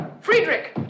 Friedrich